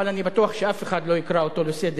אבל אני בטוח שאף אחד לא יקרא אותו לסדר,